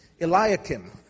Eliakim